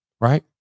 right